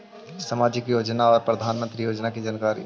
समाजिक योजना और प्रधानमंत्री योजना की जानकारी?